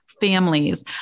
families